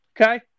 okay